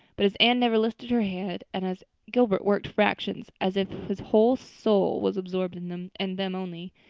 but as anne never lifted her head and as gilbert worked fractions as if his whole soul was absorbed in them and them only,